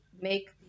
make